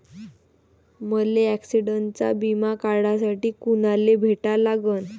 मले ॲक्सिडंटचा बिमा काढासाठी कुनाले भेटा लागन?